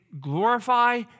glorify